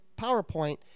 PowerPoint